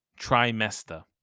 trimester